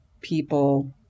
people